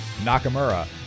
Nakamura